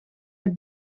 het